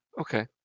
Okay